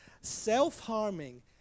self-harming